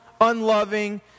unloving